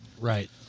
Right